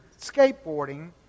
skateboarding